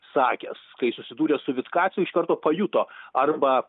sakęs kai susidūrė su vitkacu iš karto pajuto arba